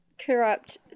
corrupt